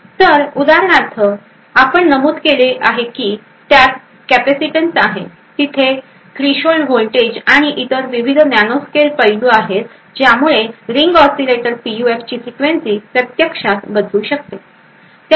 तर उदाहरणार्थ आपण नमूद केले आहे की त्यात कॅपेसिटन्स आहे तिथे थ्रेशोल्ड व्होल्टेज आणि इतर विविध नॅनोस्कॅल पैलू आहेत ज्यामुळे रिंग ऑसीलेटर पीयूएफची फ्रिक्वेन्सी प्रत्यक्षात बदलू शकते